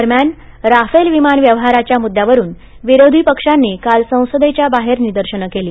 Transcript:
दरम्यान राफेल विमान व्यवहाराच्या मुद्द्यावरून विरोधी पक्षांनी काल संसदेच्या बाहेर निदर्शनं केली